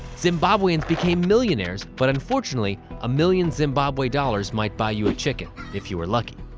zimbabweans became millionaires, but unfortunately, a million zimbabwe dollars might buy you a chicken, if you were lucky.